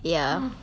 ya